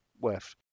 worth